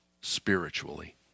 spiritually